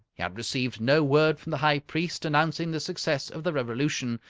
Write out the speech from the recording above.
he had received no word from the high priest announcing the success of the revolution,